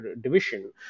division